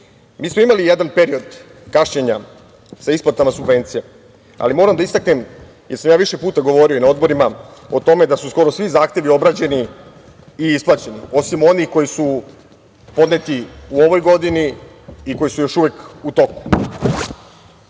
smo imali jedan period kašnjenja sa isplatama subvencija, ali moram da istaknem, jer sam ja više puta govorio ivna odborima o tome da su skoro svi zahtevi obrađeni i isplaćeni, osim onih koji su podneti u ovoj godini i koji su još uvek u toku. Još